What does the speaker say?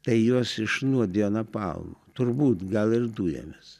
tai juos išnuodijo napalmu turbūt gal ir dujomis